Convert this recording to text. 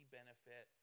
benefit